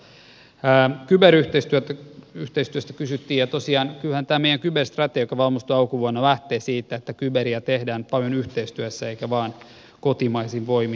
kyberyhteistyöstä kysyttiin ja tosiaan kyllä tämä meidän kyberstrategia joka valmistui alkuvuonna lähtee siitä että kyberiä tehdään paljon yhteistyössä eikä vain kotimaisin voimin